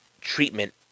treatment